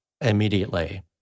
immediately